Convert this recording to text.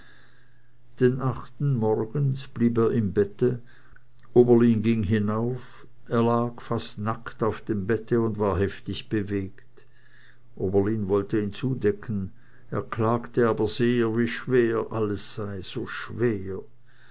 den achten morgens blieb er im bette oberlin ging hinauf er lag fast nackt auf dem bette und war heftig bewegt oberlin wollte ihn zudecken er klagte aber sehr wie schwer alles sei so schwer